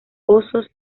osos